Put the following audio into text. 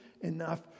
enough